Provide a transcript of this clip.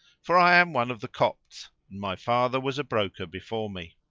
for i am one of the copts and my father was a broker before me.